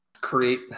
create